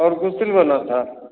और कुछ बनवाना था